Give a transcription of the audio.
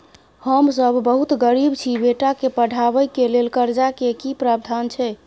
हम सब बहुत गरीब छी, बेटा के पढाबै के लेल कर्जा के की प्रावधान छै?